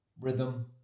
rhythm